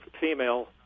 female